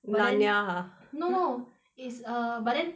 but then ya no no it's err but then